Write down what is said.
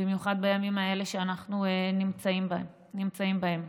במיוחד בימים האלה שאנחנו נמצאים בהם.